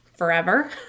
forever